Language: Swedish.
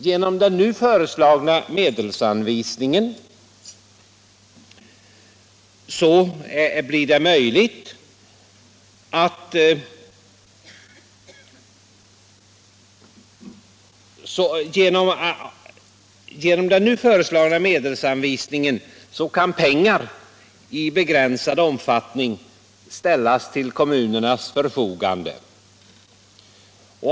Genom den nu föreslagna medelsanvisningen kan pengar i begränsad omfattning ställas till kommunernas förfogande.